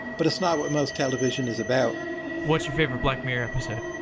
but it's not what most television is about what's your favorite black mirror episode?